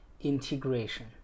Integration